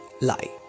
lie